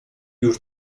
już